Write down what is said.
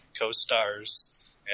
co-stars